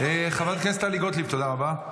חברת הכנסת טלי גוטליב, תודה רבה.